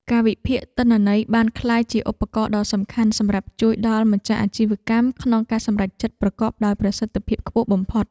ការវិភាគទិន្នន័យបានក្លាយជាឧបករណ៍ដ៏សំខាន់សម្រាប់ជួយដល់ម្ចាស់អាជីវកម្មក្នុងការសម្រេចចិត្តប្រកបដោយប្រសិទ្ធភាពខ្ពស់បំផុត។